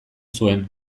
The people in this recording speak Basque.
zuen